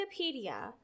Wikipedia